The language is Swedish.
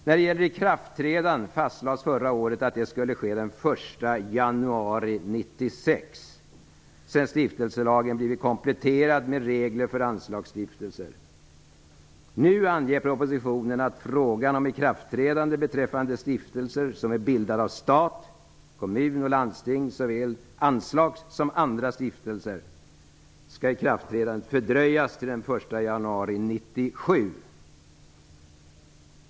När det gäller ikraftträdandet fastlades förra året att detta skulle ske den 1 januari 1996, sedan stiftelselagen blivit kompletterad med regler för anslagsstiftelser. Nu anger propositionen att frågan om ikraftträdande beträffande stiftelser som är bildade av stat, kommun och landsting - såväl anslagsstiftelser som andra stiftelser - skall ikraftträdandet fördröjas till den 1 januari 1997.